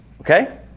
Okay